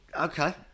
Okay